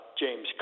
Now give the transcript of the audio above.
James